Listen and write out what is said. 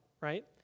right